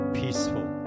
peaceful